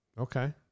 Okay